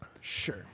Sure